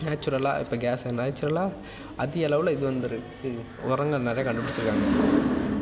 நேச்சுரலாக இப்போ கேஸ் நேச்சுரலாக அதிக அளவில் இது வந்துருக்குது உரங்கள் நிறைய கண்டுபுடிச்சிருக்காங்க